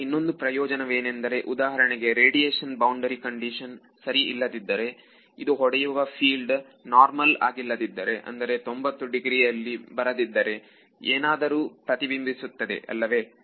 ಇದರ ಇನ್ನೊಂದು ಪ್ರಯೋಜನವೇನೆಂದರೆ ಉದಾಹರಣೆಗೆ ರೇಡಿಯೇಶನ್ ಬೌಂಡರಿ ಕಂಡೀಶನ್ ಸರಿ ಇಲ್ಲದಿದ್ದರೆ ಇದು ಹೊಡೆಯುವ ಫೀಲ್ಡ್ ನಾರ್ಮಲ್ ಹಾಗಿಲ್ಲದಿದ್ದರೆ ಅಂದರೆ 90ಡಿಗ್ರಿ ಅಲ್ಲಿ ಬರದಿದ್ದರೆ ಏನಾದರೂ ಪ್ರತಿಬಿಂಬಿಸುತ್ತದೆ ಅಲ್ಲವೇ